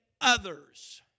others